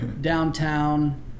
downtown